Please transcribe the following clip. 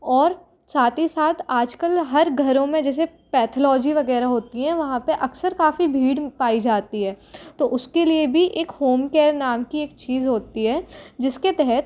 और साथ ही साथ आज कल हर घरों में जैसे पैथोलॉजी वग़ैरह होती हैं वहाँ पर अक्सर काफ़ी भीड़ पाई जाती है तो उसके लिए भी एक होम केयर नाम की एक चीज़ होती है जिस के तहत